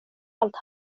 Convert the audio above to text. allt